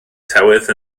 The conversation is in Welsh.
tywydd